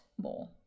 more